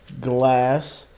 glass